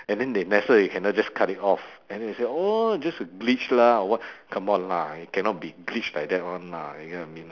and then the NASA they cannot just cut it off and then they say oh it's just a glitch lah or what come on lah it cannot be glitch like that one lah you get what I mean or not